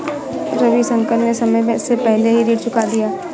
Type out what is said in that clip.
रविशंकर ने समय से पहले ही ऋण चुका दिया